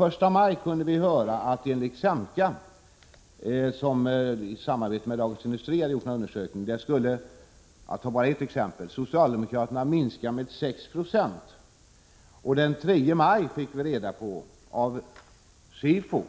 Den 1 maj kunde vi — jag tar bara ett exempel — höra att SEMKA, som hade gjort en undersökning i samarbete med Dagens Industri, kommit fram till att socialdemokraterna minskat med 6 26. Den 3 maj fick vi däremot av SIFO reda på